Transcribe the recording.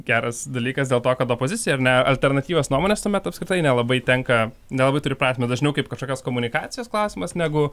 geras dalykas dėl to kad opozicija ar ne alternatyvios nuomonės tuomet apskritai nelabai tenka nelabai turi prasmę dažniau kaip kažkokios komunikacijos klausimas negu